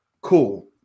cool